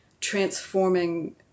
transforming